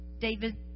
David